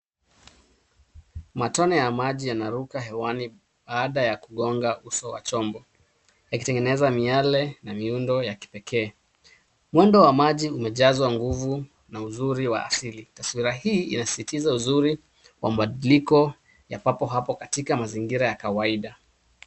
Matone ya maji yanaruka hewani baada ya kugonga uso wa chombo yakitengeneza miale na muundo wa kipekee. Mwendo wa maji umejazwa nguvu na uzuri wa asili. Taswira hii inasisitiza uzuri wa mabadiliko ya papo hapo katika mazingira ya kawaida.